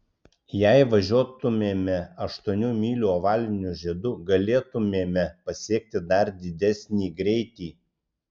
jei važiuotumėme aštuonių mylių ovaliniu žiedu galėtumėme pasiekti dar didesnį greitį